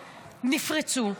נפרצו.